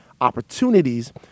opportunities